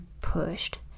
pushed